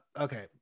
okay